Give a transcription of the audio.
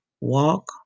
Walk